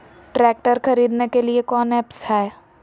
Tractor खरीदने के लिए कौन ऐप्स हाय?